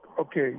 okay